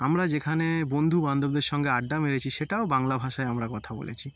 আমরা যেখানে বন্ধুবান্ধবদের সঙ্গে আড্ডা মেরেছি সেটাও বাংলা ভাষায় আমরা কথা বলেছি